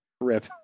Rip